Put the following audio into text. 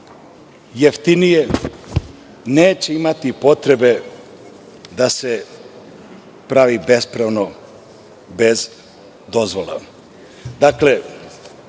jeftinije, neće imati potrebe da se pravi bespravno bez dozvole.